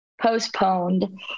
postponed